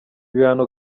bihano